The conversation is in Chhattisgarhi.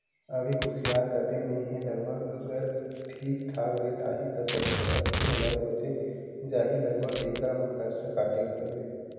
अभी कुसियार कटे नइ हे लगभग अगर ठीक ठाक रेट आही त सत्तर अस्सी हजार बचें जाही लगभग एकड़ म खरचा काटे ऊपर ले